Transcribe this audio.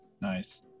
nice